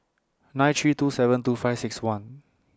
nine three two seven two five six one